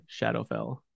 Shadowfell